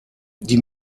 die